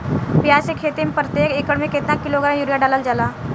प्याज के खेती में प्रतेक एकड़ में केतना किलोग्राम यूरिया डालल जाला?